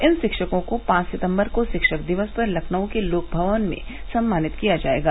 इन षिक्षकों को पांच सितम्बर को षिक्षक दिवस पर लखनऊ के लोकभवन में सम्मानित किया जायेगा